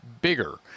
bigger